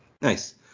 Nice